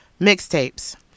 Mixtapes